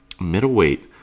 middleweight